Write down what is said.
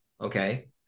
Okay